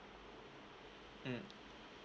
mm